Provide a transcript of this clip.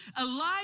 Elijah